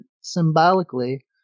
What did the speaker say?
symbolically